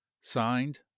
Signed